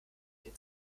den